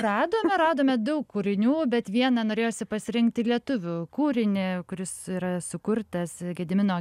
radome radome daug kūrinių bet vieną norėjosi pasirinkti lietuvių kūrinį kuris yra sukurtas gedimino